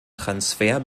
transfer